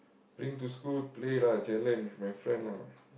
bring to school play lah challenge with my friend lah